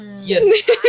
Yes